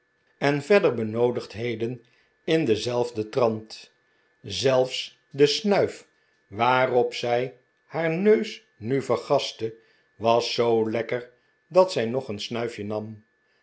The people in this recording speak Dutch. en verdere benoodigdheden in denzelfden trant zelfs de snuif waarop zij haar neus nu vergastte was zoo lekker dat zij nog een snuif je nam